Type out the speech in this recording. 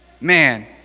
Man